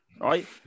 right